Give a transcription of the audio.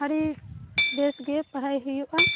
ᱟᱹᱰᱤ ᱵᱮᱥᱜᱮ ᱯᱟᱲᱦᱟᱭ ᱦᱩᱭᱩᱜᱼᱟ